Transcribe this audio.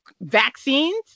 vaccines